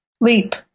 Leap